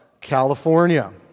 California